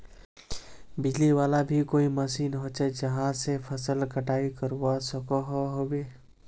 बिजली वाला भी कोई मशीन होचे जहा से फसल कटाई करवा सकोहो होबे?